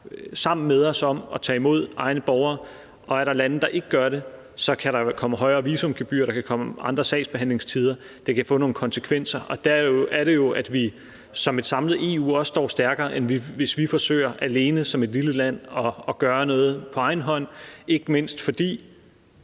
sammen med os om at tage imod egne borgere. Og er der lande, som ikke gør det, kan der komme højere visumgebyr, der kan komme andre sagsbehandlingstider – det kan få nogle konsekvenser. Der er det jo, at vi som et samlet EU også står stærkere, end hvis vi forsøger alene som et lille land at gøre noget på egen hånd, ikke mindst fordi